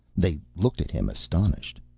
they looked at him, astonished.